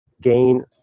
gain